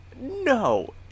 No